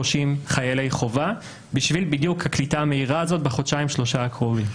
חיילי חובה בשביל בדיוק הקליטה המהירה הזאת בחודשיים-שלושה הקרובים.